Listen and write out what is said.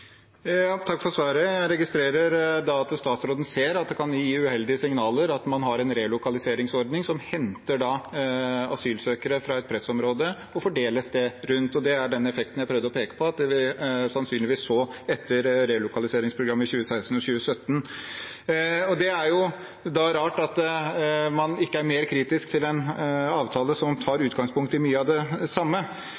Takk for svaret. Jeg registrerer at statsråden ser at det kan gi uheldige signaler at man har en relokaliseringsordning som henter asylsøkere fra et pressområde og fordeler rundt. Det er den effekten jeg prøvde å peke på, som vi sannsynligvis så etter relokaliseringsprogrammet i 2016 og 2017. Det er rart at man ikke er mer kritisk til en avtale som tar